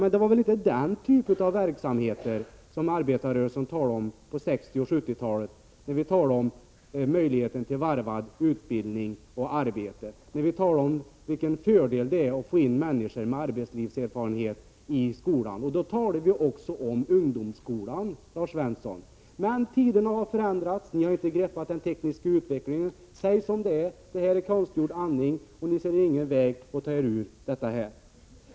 Men det var väl inte den typen av verksamhet som arbetarrörelsen menade på 1960 och 1970-talet, när vi talade om möjligheterna till varvad utbildning och arbete, och när vi talade om vilken fördel det är att få in människor med arbetslivserfarenhet i skolan. Vi talade då också om ungdomsskolan, Lars Svensson. Men tiderna har förändrats. Ni har inte följt med i den tekniska utvecklingen. Säg som det är! Det är fråga om konstgjord andning, och ni ser ingen väg att ta er ut ur detta.